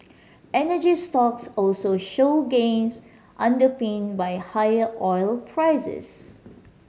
energy stocks also showed gains underpinned by higher oil prices